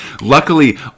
luckily